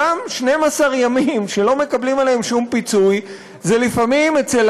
אותם 12 ימים שלא מקבלים עליהם שום פיצוי זה לפעמים אצל